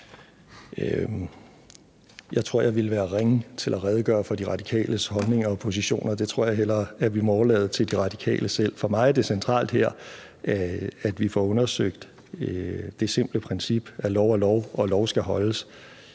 Jeg tror, jeg vil være ringe til at redegøre for De Radikales holdninger og positioner. Det tror jeg hellere at vi må overlade til De Radikale selv. For mig er det centralt her, at vi får undersøgt det simple princip, at lov er lov, og at lov skal holdes.